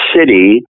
city